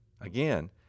Again